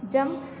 jump